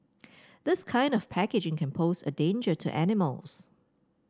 this kind of packaging can pose a danger to animals